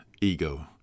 ego